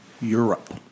Europe